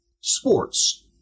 Sports